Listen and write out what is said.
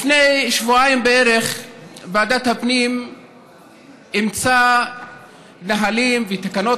לפני שבועיים בערך ועדת הפנים אימצה נהלים ותקנות